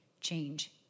change